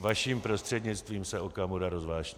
Vaším prostřednictvím se Okamura rozvášnil.